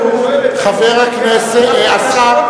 חבר הכנסת, השר.